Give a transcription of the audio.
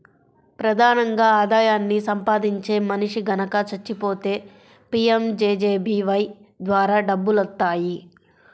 ప్రధానంగా ఆదాయాన్ని సంపాదించే మనిషి గనక చచ్చిపోతే పీయంజేజేబీవై ద్వారా డబ్బులొత్తాయి